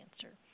cancer